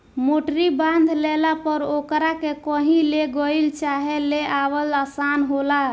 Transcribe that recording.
मोटरी बांध लेला पर ओकरा के कही ले गईल चाहे ले आवल आसान होला